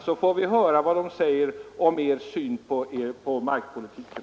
Då fick vi höra vad de säger om er syn på markpolitiken.